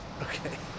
Okay